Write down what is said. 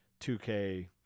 2K